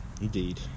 Indeed